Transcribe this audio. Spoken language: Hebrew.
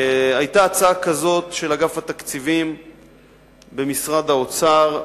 היתה הצעה כזאת של אגף התקציבים במשרד האוצר,